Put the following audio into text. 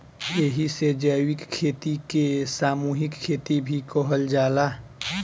एही से जैविक खेती के सामूहिक खेती भी कहल जाला